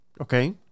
Okay